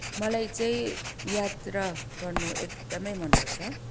मलाई चाहिँ यात्रा गर्नु एकदमै मनपर्छ